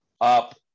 up